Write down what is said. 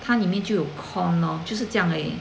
它里面就有 corn lor 就是这样而已